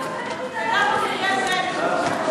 אין היגיון.